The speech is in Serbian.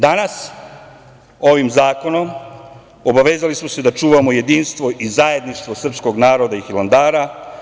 Danas ovim zakonom obavezali smo se da čuvamo jedinstvo i zajedništvo srpskog naroda i Hilandara.